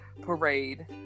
parade